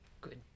Good